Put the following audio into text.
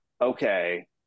okay